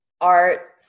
art